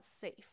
safe